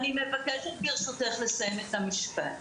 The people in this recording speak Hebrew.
ברשותך, אני מבקשת לסיים את המשפט.